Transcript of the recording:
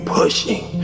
pushing